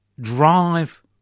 drive